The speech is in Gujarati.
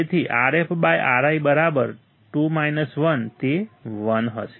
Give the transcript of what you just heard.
તેથી RfRi બરાબર 2 1 તે 1 હશે